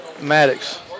Maddox